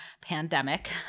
pandemic